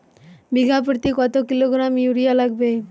বিঘাপ্রতি কত kilogram urea লাগবে?